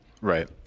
Right